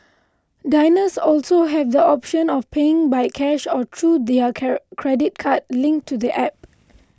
diners also have the option of paying by cash or through their care credit card linked to the App